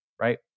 right